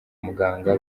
muganga